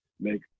Make